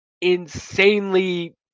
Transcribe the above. insanely